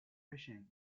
fishing